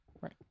Right